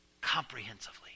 comprehensively